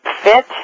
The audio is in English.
fit